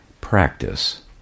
practice